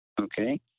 Okay